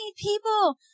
people